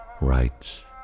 writes